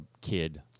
kid